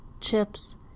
chips